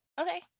Okay